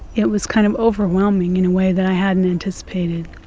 it was kind of overwhelming in a way that i hadn't anticipated.